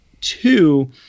Two